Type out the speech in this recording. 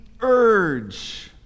urge